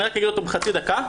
אני רק אגיד אותו בחצי דקה,